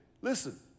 listen